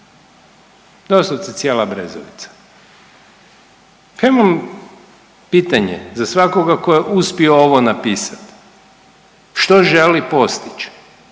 Doslovce cijela Brezovica. Pa imam pitanje za svakoga tko je uspio ovo napisati. Što želi postići